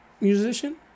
musician